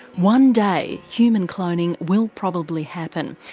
one day human cloning will probably happen.